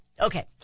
Okay